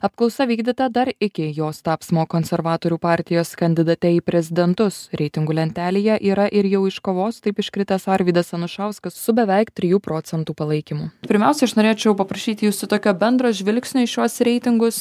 apklausa vykdyta dar iki jos tapsmo konservatorių partijos kandidate į prezidentus reitingų lentelėje yra ir jau iškovos taip iškritęs arvydas anušauskas su beveik trijų procentų palaikymu pirmiausia aš norėčiau paprašyti jūsų tokio bendro žvilgsnio į šiuos reitingus